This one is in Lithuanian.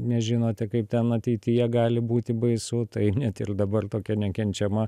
nežinote kaip ten ateityje gali būti baisu tai net ir dabar tokia nekenčiama